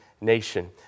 nation